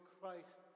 Christ